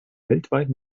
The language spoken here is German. weltweit